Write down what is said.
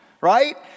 right